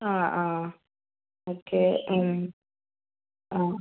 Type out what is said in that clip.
ആ ആ ഓക്കെ മ് ആ